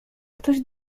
ktoś